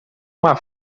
uma